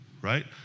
right